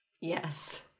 yes